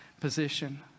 position